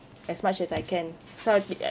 as much as I can so it'd be like